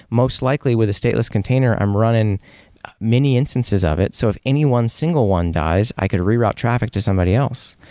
most likely with a stateless container, i'm running many instances of it. so if anyone single one dies, i could reroute traffic to somebody else.